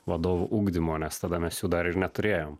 vadovų ugdymo nes tada mes jų dar ir neturėjom